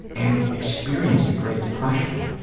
and experience the great depression.